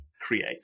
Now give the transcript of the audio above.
create